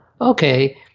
okay